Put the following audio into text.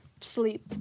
sleep